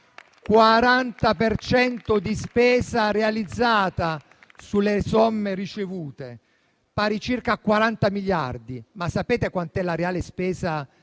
di spesa realizzata sulle somme ricevute, pari a circa 40 miliardi. Sapete però quant'è la reale spesa realmente